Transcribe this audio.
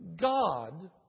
God